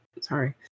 sorry